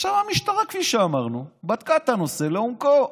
עכשיו, המשטרה, כפי שאמרנו, בדקה את הנושא לעומקו.